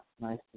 nice